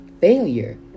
Failure